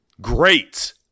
great